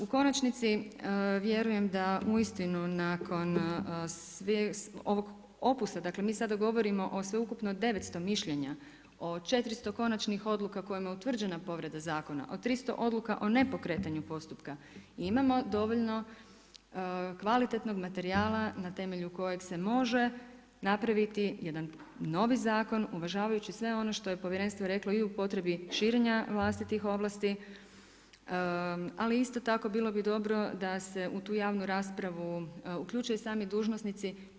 U konačnici, vjerujem, da uistinu, nakon ovog opusta, dakle, mi sad govorimo o sveukupno 900 mišljenja, o 400 konačnih odluka kojima je utvrđena povreda zakona, o 300 odluka o nepokretanju postupka i imamo dovoljno kvalitetnog materijala na temelju kojeg se može napraviti jedan novi zakon uvažavajući sve ono što je povjerenstvo reklo i u potrebi širenja vlastitih ovlasti, ali isto tako, bilo bi dobro da se u tu javnu raspravu uključuju sami dužnosnici.